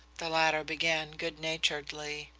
the latter began good-naturedly.